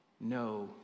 no